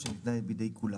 נקריא אותו פשוט.